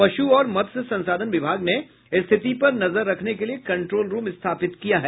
पशु और मत्स्य संसाधन विभाग ने स्थिति पर नजर रखने के लिये कंट्रोल रूम स्थापित किया है